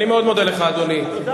אני מאוד מודה לך, אדוני.